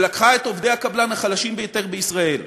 שלקחה את עובדי הקבלן החלשים ביותר בישראל,